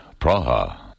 Praha